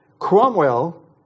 Cromwell